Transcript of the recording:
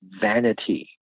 vanity